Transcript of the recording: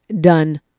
done